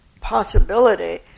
possibility